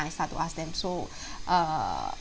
I start to ask them so err